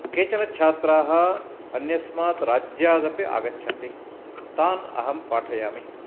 केचन छात्राः अन्यस्माद् राज्यादपि आगच्छन्ति तान् अहं पाठयामि